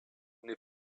n’est